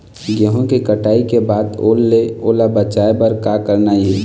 गेहूं के कटाई के बाद ओल ले ओला बचाए बर का करना ये?